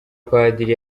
padiri